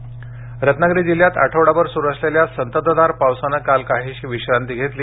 चक्रीवादळ रत्नागिरी जिल्ह्यात आठवडाभर सुरू असलेल्या संततधार पावसानं काल काहीशी विश्रांती घेतली